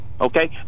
okay